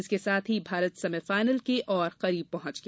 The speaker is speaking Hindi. इसके साथ ही भारत सेमीफाइनल के और करीब पहुंच गया